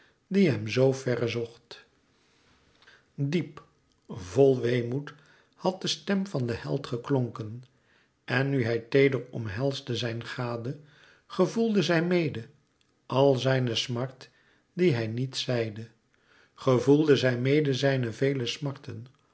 die hem zoo verre zocht diep vol weemoed had de stem van den held geklonken en nu hij teeder omhelsde zijn gade gevoelde zij mede àl zijne smart die hij niet zeide gevoelde zij mede zijne vele smarten